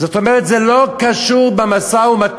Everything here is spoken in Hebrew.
זאת אומרת, זה לא קשור למשא-ומתן.